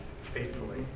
faithfully